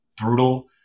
brutal